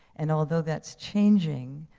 and although that's changing,